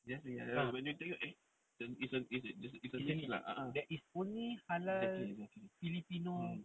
when you tengok eh it's a it's a niche lah a'ah exactly exactly